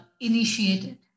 initiated